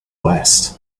west